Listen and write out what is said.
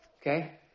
okay